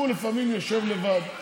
הוא לפעמים יושב לבד,